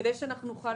כדי שנוכל